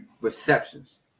receptions